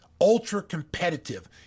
ultra-competitive